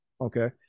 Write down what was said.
Okay